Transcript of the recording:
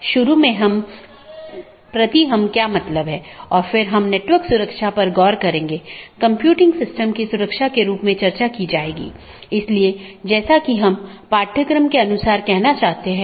यदि आप पिछले लेक्चरों को याद करें तो हमने दो चीजों पर चर्चा की थी एक इंटीरियर राउटिंग प्रोटोकॉल जो ऑटॉनमस सिस्टमों के भीतर हैं और दूसरा बाहरी राउटिंग प्रोटोकॉल जो दो या उससे अधिक ऑटॉनमस सिस्टमो के बीच है